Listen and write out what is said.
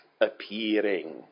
appearing